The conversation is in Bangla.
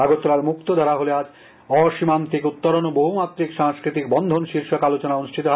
আগরতলার মুক্তধারা হলে আজ অসীমান্তিক উত্তরণ ও বহুমাত্রিক সাংস্কৃতিক বন্ধন শীর্ষক আলোচনা অনুষ্ঠিত হয়